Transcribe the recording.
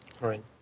Right